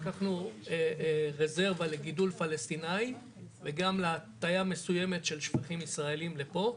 לקחנו רזרבה לגידול פלסטינאי וגם להטיה מסוימת של שפכים ישראלים לפה.